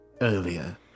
earlier